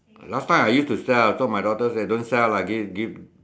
last time I use to sell so my daughter say don't sell lah give give